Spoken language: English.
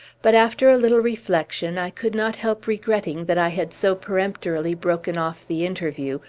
but after a little reflection, i could not help regretting that i had so peremptorily broken off the interview,